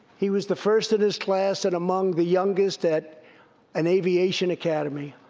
he was the first in his class and among the youngest at an aviation academy.